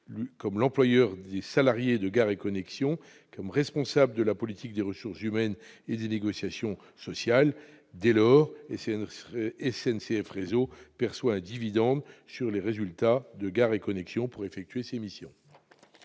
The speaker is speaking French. comme l'employeur des salariés de Gares & Connexions et comme responsable de la politique de ressources humaines et des négociations sociales. Dès lors, SNCF Réseau doit percevoir un dividende sur le résultat de Gares & Connexions pour effectuer ces missions.